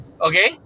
Okay